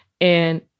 And-